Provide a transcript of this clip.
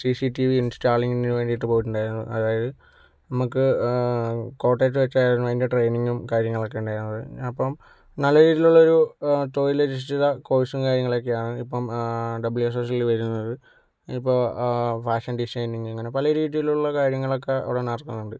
C C TV ഇൻസ്റ്റാളിങ്ങിനു വേണ്ടി പോയിട്ടുണ്ടായിരുന്നു അതായത് നമുക്ക് കോട്ടയത്ത് വച്ചായിരുന്നു അതിൻ്റെ ട്രെയിനിങ്ങും കാര്യങ്ങളുമൊക്കെ ഉണ്ടായിരുന്നത് അപ്പോൾ നല്ല രീതിയിലുള്ളൊരു തൊഴിലധിഷ്ഠിത കോഴ്സും കാര്യങ്ങളുമൊക്കെ ആണ് ഇപ്പോൾ ഡബ്ല്യൂ എസ്എ എസില് വരുന്നത് ഇപ്പോൾ ഫാഷൻ ഡിസൈനിങ്ങ് അങ്ങനെ പല രീതിയിലുള്ള കാര്യങ്ങളൊക്കെ അവിടെ നടക്കുന്നുണ്ട്